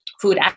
food